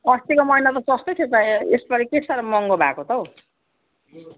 अस्तिको महिना त सस्तै थियो त यसपालि के साह्रो महँगो भएको त हौ